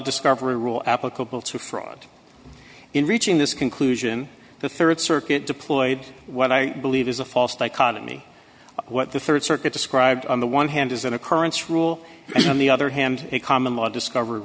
discover a rule applicable to a fraud in reaching this conclusion the rd circuit deployed what i believe is a false dichotomy what the rd circuit described on the one hand is an occurrence rule on the other hand a common law discover